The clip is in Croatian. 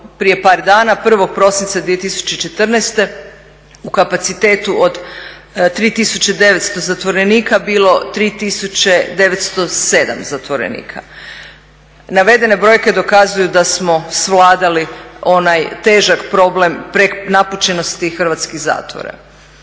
prije par dana 1.prosinca 2014.u kapacitetu od 3.900 zatvorenika bilo 3.907 zatvorenika. Navedene brojke dokazuju da smo svladali onaj težak problem prenapučenosti hrvatskih zatvora.